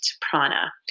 prana